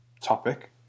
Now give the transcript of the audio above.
topic